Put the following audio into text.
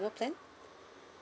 annual plan